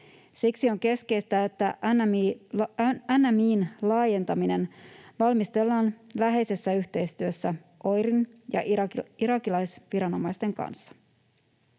Siksi on keskeistä, että NMI:n laajentaminen valmistellaan läheisessä yhteistyössä OIR:n ja irakilaisviranomaisten kanssa.